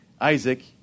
Isaac